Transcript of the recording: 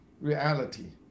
reality